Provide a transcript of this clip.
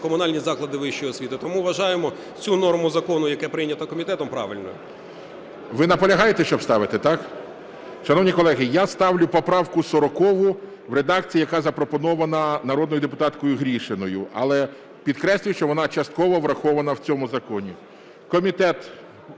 комунальні заклади вищої освіти. Тому вважаємо цю норму закону, яка прийнята комітетом, правильною. ГОЛОВУЮЧИЙ. Ви наполягаєте, щоб ставити, так? Шановні колеги, я ставлю поправку 40 в редакції, яка запропонована народною депутаткою Гришиною. Але підкреслюю, що вона частково врахована в цьому законі. Комітет